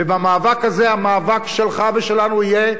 ובמאבק הזה המאבק שלך ושלנו יהיה: